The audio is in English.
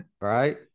right